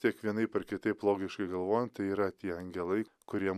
tiek vienaip ar kitaip logiškai galvojant tai yra tie angelai kuriem